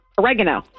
Oregano